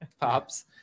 Pops